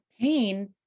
Pain